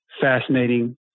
fascinating